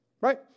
Right